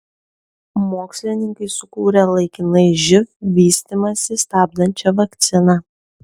mokslininkai sukūrė laikinai živ vystymąsi stabdančią vakciną